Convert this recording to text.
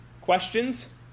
Questions